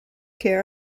care